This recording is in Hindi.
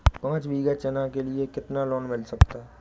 पाँच बीघा चना के लिए कितना लोन मिल सकता है?